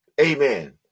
Amen